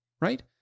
right